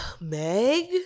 meg